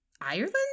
ireland